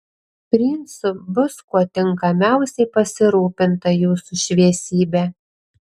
princu bus kuo tinkamiausiai pasirūpinta jūsų šviesybe